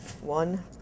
One